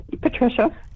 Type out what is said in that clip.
Patricia